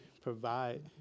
provide